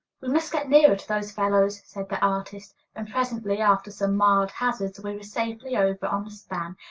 we must get nearer to those fellows, said the artist and presently, after some mild hazards, we were safely over on the span,